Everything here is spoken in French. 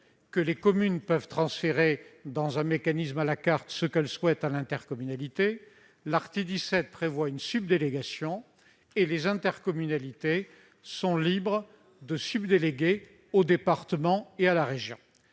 que les communes pourront transférer à la carte ce qu'elles souhaitent à l'intercommunalité, l'article 17 prévoit que les intercommunalités seront libres de subdéléguer au département et à la région.